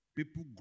People